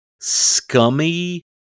scummy